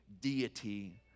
deity